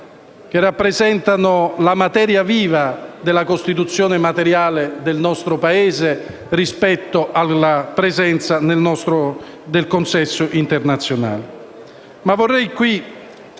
che rappresentano la materia viva della Costituzione materiale del nostro Paese rispetto alla sua presenza nel consesso internazionale.